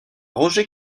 roger